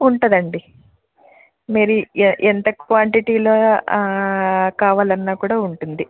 ఉంటుంది అండి maybe a ఎంత క్వాంటిటీలో కావాలన్నా కూడా ఉంటుంది